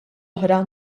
oħra